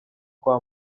kwa